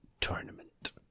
Tournament